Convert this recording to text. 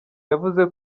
yavuze